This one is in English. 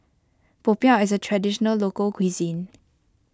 Popiah is a Traditional Local Cuisine